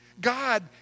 God